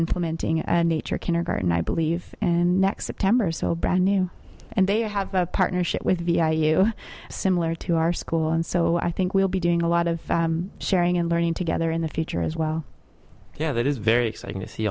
implementing nature kindergarten i believe and next september so brand new and they have a partnership with vi you similar to our school and so i think we'll be doing a lot of sharing and learning together in the future as well yeah it is very exciting to see